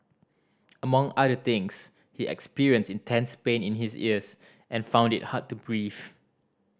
among other things he experienced intense pain in his ears and found it hard to breathe